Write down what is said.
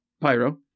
Pyro